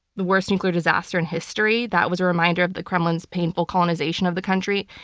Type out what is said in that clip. the worst nuclear disaster in history, that was a reminder of the kremlin's painful colonization of the country.